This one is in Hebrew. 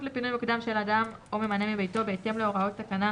לפינוי מוקדם של אדם או ממנה מביתו בהתאם להוראות תקנה